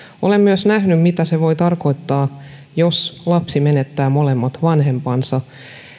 olen myös nähnyt mitä se voi tarkoittaa jos lapsi menettää molemmat vanhempansa